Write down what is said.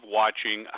watching